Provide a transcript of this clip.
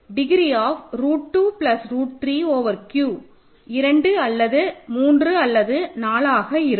degree of root 2 plus root 3 over Q 2 அல்லது 3 அல்லது 4 ஆக இருக்கும்